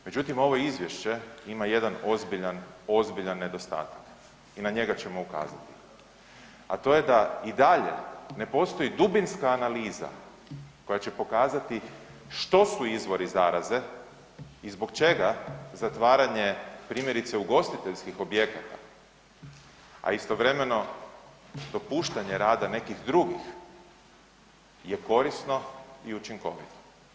Međutim, ovo izvješće ima jedan ozbiljan, ozbiljan nedostatak i na njega ćemo ukazati, a to je da i dalje ne postoji dubinska analiza koja će pokazati što su izvori zaraze i zbog čega zatvaranje, primjerice, ugostiteljskih objekata, a istovremeno dopuštanje rada nekih drugih je korisno i učinkovito?